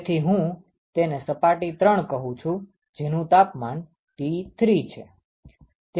તેથી હું તેને સપાટી 3 કહું છુ જેનુ તાપમાન T3 છે